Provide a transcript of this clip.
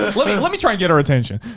ah lemme lemme try and get her attention.